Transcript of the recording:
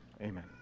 Amen